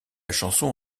chanson